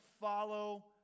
follow